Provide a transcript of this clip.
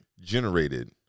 generated